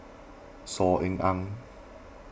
Saw Ean Ang